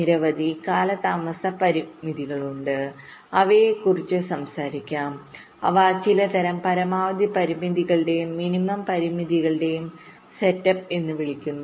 നിരവധി കാലതാമസ പരിമിതികളുണ്ട് അവയെക്കുറിച്ച് സംസാരിക്കാം അവ ചിലതരം പരമാവധി പരിമിതികളെയും മിനിമം പരിമിതികളെയും സെറ്റപ്പ് എന്ന് വിളിക്കുന്നു